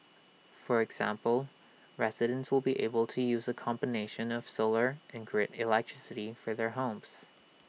for example residents will be able to use A combination of solar and grid electricity for their homes